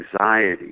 anxiety